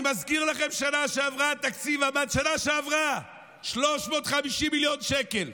אני מזכיר לכם שבשנה שעברה התקציב עמד על 350 מיליון שקל.